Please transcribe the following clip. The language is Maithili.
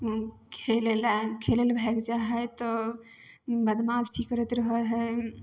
खेलै लए खेलै लए भागि जाइ हइ तऽ बदमासी करैत रहय हइ